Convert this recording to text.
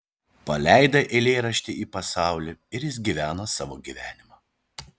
paleidai eilėraštį į pasaulį ir jis gyvena savo gyvenimą